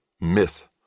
myth